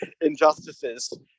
injustices